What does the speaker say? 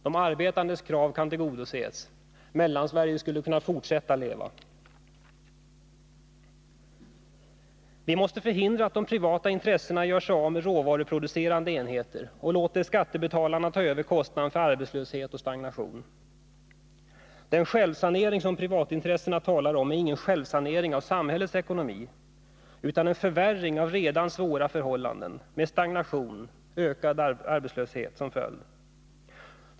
De arbetandes krav kan tillgodoses, Mellansverige skulle kunna fortsätta att leva. Vi måste förhindra att de privata intressena gör sig av med råvaruproducerande enheter och låter skattebetalarna ta över kostnaderna för arbetslöshet och stagnation. Den självsanering som privatintressena talar om är ingen självsanering av samhällets ekonomi utan en försämring av redan svåra förhållanden med stagnation och ökad arbetslöshet som följd.